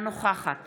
אינה נוכחת